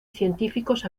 científicos